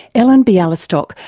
ellen bialystok,